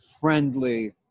friendly